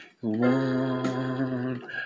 one